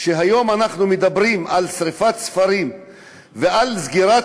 שהיום אנחנו מדברים על שרפת ספרים ועל סגירת